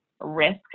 risk